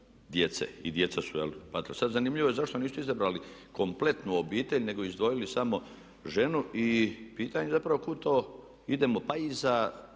djece. I djeca su patila. Sada zanimljivo je zašto nisu izabrali kompletnu obitelj nego izdvojili samo ženu i pitanje je zapravo kuda to idemo? Pa i za